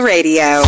Radio